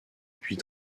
puis